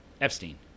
Epstein